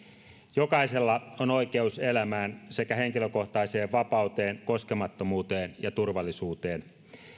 jokaisella on oikeus elämään sekä henkilökohtaiseen vapauteen koskemattomuuteen ja turvallisuuteen